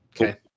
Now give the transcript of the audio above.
Okay